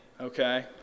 Okay